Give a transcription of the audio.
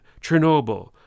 Chernobyl